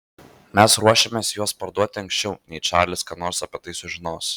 mes ruošiamės juos parduoti anksčiau nei čarlis ką nors apie tai sužinos